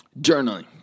journaling